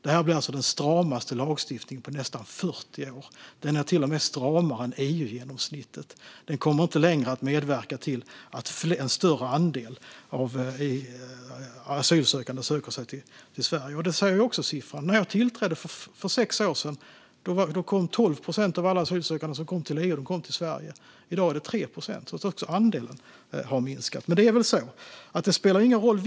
Det här blir den stramaste lagstiftningen på nästan 40 år, till och med stramare än EU-genomsnittet. Den kommer inte längre att medverka till att en större andel av asylsökande söker sig till Sverige. Detta säger också siffrorna. När jag tillträdde för sex år sedan var det 12 procent av alla asylsökande som kom till EU som kom till Sverige. I dag är det 3 procent. Andelen har alltså minskat. Men det spelar nog ingen roll.